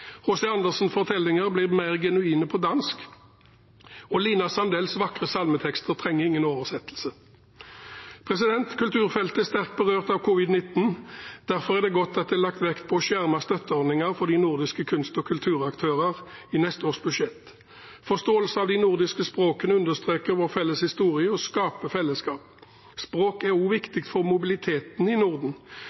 fortellinger blir mer genuine på dansk, og Lina Sandells vakre salmetekster trenger ingen oversettelse. Kulturfeltet er sterkt berørt av covid-19. Derfor er det godt at det er lagt vekt på å skjerme støtteordninger for de nordiske kunst- og kulturaktører i neste års budsjett. Forståelse av de nordiske språkene understreker vår felles historie og skaper fellesskap. Språk er også viktig for mobiliteten i Norden.